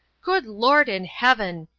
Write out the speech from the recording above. good lord in heaven!